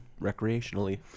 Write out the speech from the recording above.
recreationally